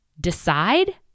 decide